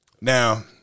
Now